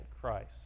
Christ